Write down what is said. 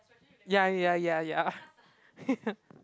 ya ya ya ya